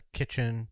kitchen